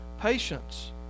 patience